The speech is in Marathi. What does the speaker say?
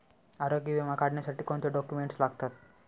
आरोग्य विमा काढण्यासाठी कोणते डॉक्युमेंट्स लागतात?